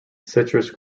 citrus